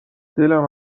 دلم